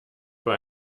bei